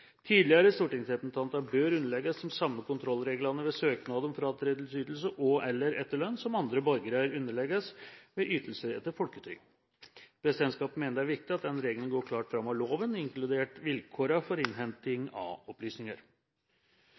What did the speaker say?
Tidligere stortingsrepresentanter bør underlegges de samme kontrollreglene ved søknad om fratredelsesytelse og/eller etterlønn som andre borgere underlegges ved ytelser etter folketrygden. Presidentskapet mener det er viktig at denne regelen klart går fram av loven, inkludert vilkårene for innhenting av opplysninger.